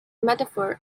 metaphor